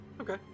Okay